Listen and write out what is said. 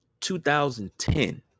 2010